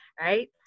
right